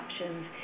options